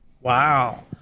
Wow